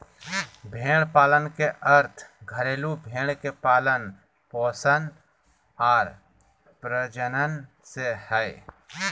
भेड़ पालन के अर्थ घरेलू भेड़ के पालन पोषण आर प्रजनन से हइ